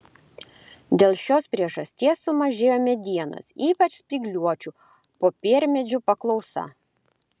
dėl šios priežasties sumažėjo medienos ypač spygliuočių popiermedžių paklausa